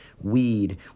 weed